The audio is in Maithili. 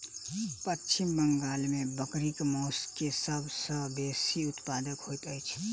पश्चिम बंगाल में बकरीक मौस के सब सॅ बेसी उत्पादन होइत अछि